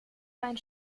deinen